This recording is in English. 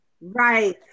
Right